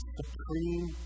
supreme